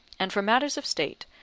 and for matters of state,